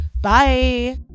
Bye